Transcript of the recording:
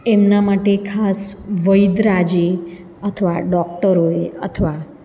એમના માટે ખાસ વૈધરાજે અથવા ડોક્ટરોએ અથવા